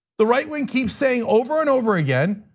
the right wing keeps saying over and over again,